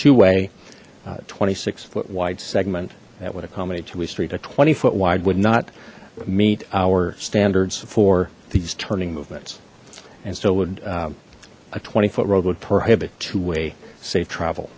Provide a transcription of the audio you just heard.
two way twenty six foot wide segment that would accommodate two we street a twenty foot wide would not meet our standards for these turning movements and so would a twenty foot road would prohibit to way safe travel